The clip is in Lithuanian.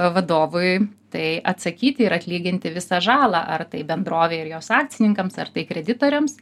vadovui tai atsakyti ir atlyginti visą žalą ar tai bendrovei ir jos akcininkams ar tai kreditoriams